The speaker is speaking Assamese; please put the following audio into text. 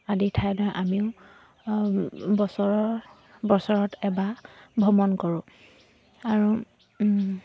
আদি ঠাইদৰে আমিও বছৰৰ বছৰত এবাৰ ভ্ৰমণ কৰোঁ আৰু